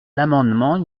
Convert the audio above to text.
l’amendement